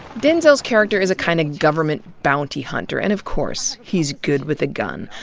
denzel's character is a kind of government bounty hunter, and of course he's good with a gun.